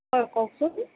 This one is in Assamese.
হয় কওকচোন